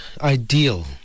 ideal